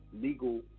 legal